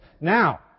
now